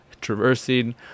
traversing